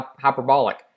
hyperbolic